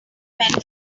men